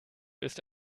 ist